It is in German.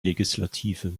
legislative